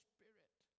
Spirit